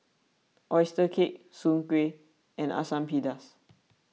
Oyster Cake Soon Kueh and Asam Pedas